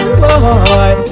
boy